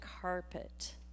carpet